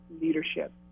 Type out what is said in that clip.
leadership